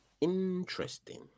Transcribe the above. Interesting